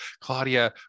Claudia